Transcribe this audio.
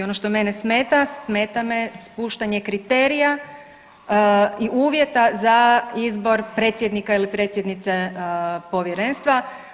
Ono što mene smeta, smeta me spuštanje kriterija i uvjeta za izbor predsjednika ili predsjednice Povjerenstva.